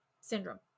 syndrome